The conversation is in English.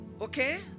okay